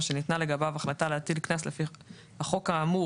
או שניתנה לגביו החלטה להטיל קנס לפי החוק האמור